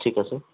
ঠিক আছে